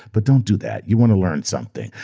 but don't do that, you wanna learn something.